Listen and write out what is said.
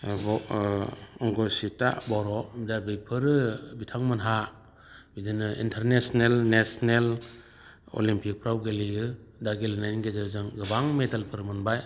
आरोबाव अंकुसिटा बर दा बेफोरो बिथांमोना बिदिनो इनटारनेसनेल नेसनेल अलिम्पिकफोराव गेलेयो दा गेलेनायनि गेजेरजों गोबां मेदेलफोर मोनबाय